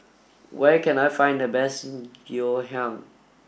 where can I find the best Ngoh Hiang